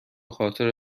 خاطر